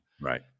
Right